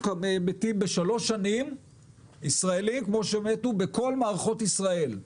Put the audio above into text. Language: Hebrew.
בשלוש שנים מתו מעישון כמו שמתו בכל מערכות ישראל.